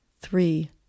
three